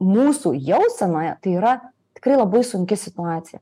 mūsų jausenoje tai yra tikrai labai sunki situacija